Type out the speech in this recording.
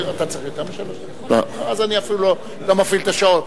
אני אפילו לא מפעיל את השעון.